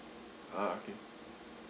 ah okay